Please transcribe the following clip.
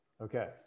Okay